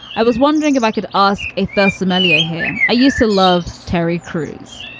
i was wondering if i could ask a third smellier here. i used to love terry crews.